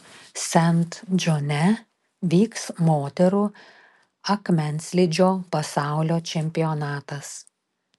sent džone vyks moterų akmenslydžio pasaulio čempionatas